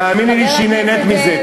תאמיני לי שהיא נהנית מזה,